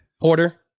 Porter